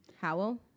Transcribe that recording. Howell